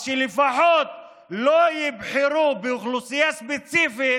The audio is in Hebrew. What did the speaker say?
אז שלפחות לא יבחרו באוכלוסייה ספציפית